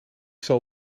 zal